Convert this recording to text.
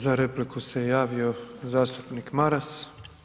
Za repliku se javio zastupnik Maras.